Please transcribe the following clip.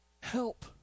help